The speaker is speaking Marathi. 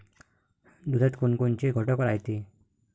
दुधात कोनकोनचे घटक रायते?